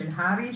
של אר"י,